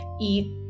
eat